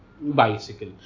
Bicycle